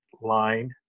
line